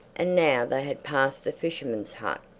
and now they had passed the fisherman's hut,